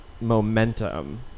momentum